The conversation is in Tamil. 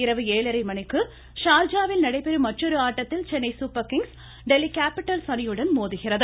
இரவு ஏழரை மணிக்கு ஷார்ஜாவில் நடைபெறும் மற்றொரு ஆட்டத்தில் Chennai Super Kings Delhi Capitals அணியுடன் மோதுகிறது